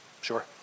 Sure